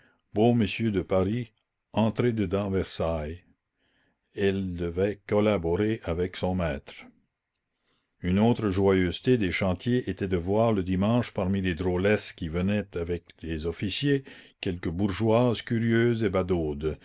beaux messieurs de paris entrez dedans versailles elle devait collaborer avec son maître une autre joyeuseté des chantiers était de voir le dimanche parmi les drôlesses qui venaient avec des officiers quelques bourgeoises curieuses et badaudes